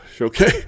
Okay